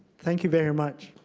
thank you very much.